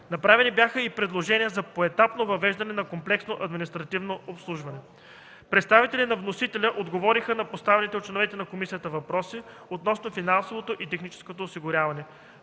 Направени бяха и предложения за поетапно въвеждане на комплексното административно обслужване. Представителите на вносителя отговориха на поставените от членовете на комисията въпроси относно финансовото и техническото осигуряване,